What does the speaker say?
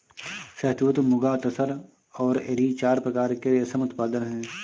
शहतूत, मुगा, तसर और एरी चार प्रकार के रेशम उत्पादन हैं